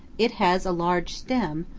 it has a large stem,